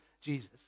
Jesus